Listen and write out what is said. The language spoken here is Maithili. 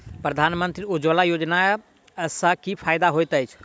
प्रधानमंत्री उज्जवला योजना सँ की फायदा होइत अछि?